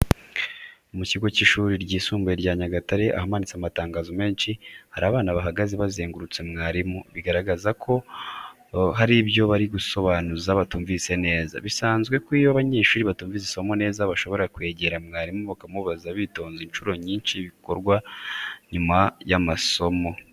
Mu kigo cy'ishuri ryisumbuye rya Nyagatare ahamanitse amatangazo menshi, hari abana bahagaze bazengurutse mwarimu, bigaragara ko hari ibyo bari gusobanuza batumvise neza. Birasanzwe ko iyo abanyeshuri batumvise isomo neza, bshobora kwegera mwarimu bakamubaza bitonze inshuro nyinshi bikorwa nyuma y'amasomo.